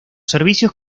servicios